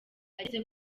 ageze